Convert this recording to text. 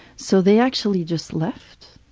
so they actually just left.